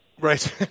Right